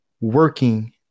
working